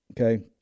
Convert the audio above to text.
okay